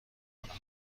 کنم